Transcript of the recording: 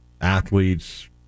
athletes